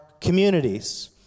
communities